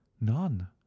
none